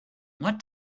what